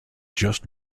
just